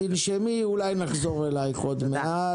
אולי נחזור אלייך עוד מעט.